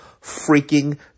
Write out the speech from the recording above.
freaking